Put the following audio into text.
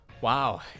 Wow